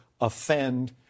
offend